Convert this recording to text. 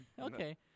okay